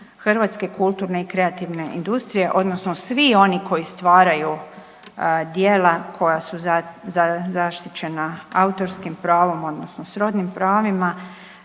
hrvatske kulturne i kreativne industrije odnosno svi oni koji stvaraju djela koja su zaštićena autorskim pravom odnosno srodnim pravima